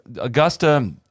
Augusta